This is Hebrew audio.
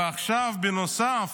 ועכשיו בנוסף